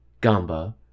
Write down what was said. Gamba